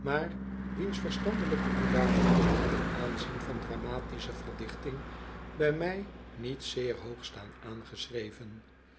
maar wiens verstandelijke hoedanigheden ten aanzien van dramatische verdichting bij my niet zeer hoog staan aangeschreven